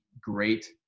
great